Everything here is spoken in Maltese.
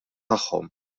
tagħhom